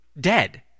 dead